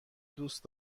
دوست